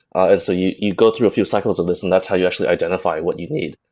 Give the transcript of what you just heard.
and so you you go through a few cycles of this and that's how you actually identify what you need.